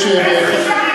להם.